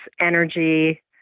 energy